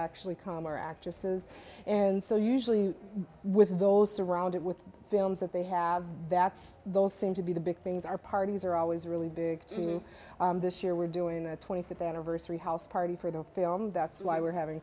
actually come are actresses and so usually with those surround it with films that they have that's those seem to be the big things are parties are always really big two this year we're doing the twenty fifth anniversary house party for the film that's why we're having